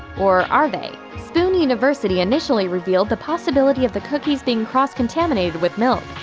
or are they? spoon university initially revealed the possibility of the cookies being cross-contaminated with milk.